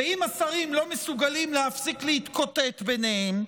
ואם השרים לא מסוגלים להפסיק להתקוטט ביניהם,